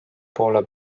poole